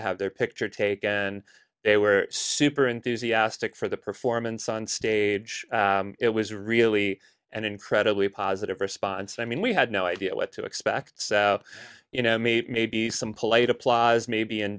to have their picture taken and they were super enthusiastic for the performance on stage it was really an incredibly positive response i mean we had no idea what to expect you know maybe maybe some polite applause maybe